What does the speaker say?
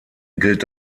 gilt